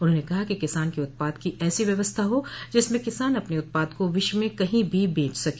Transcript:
उन्होंने कहा कि किसान के उत्पाद की ऐसी व्यवस्था हो जिसमें किसान अपने उत्पाद को विश्व में कही भी बेच सके